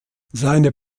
seine